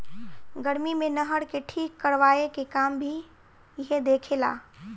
गर्मी मे नहर के ठीक करवाए के काम भी इहे देखे ला